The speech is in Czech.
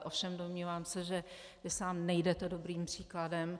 Ovšem domnívám se, že vy sám nejdete dobrým příkladem.